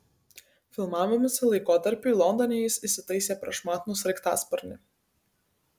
filmavimosi laikotarpiui londone jis įsitaisė prašmatnų sraigtasparnį